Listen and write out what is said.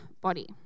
body